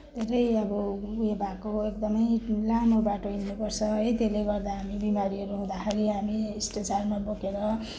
धेरै अब उयो भएको एकदमै लामो बाटो हिँड्नुपर्छ है त्यसले गर्दा हामी बिमारीहरू हुँदाखेरि हामी स्ट्रेचरमा बोकेर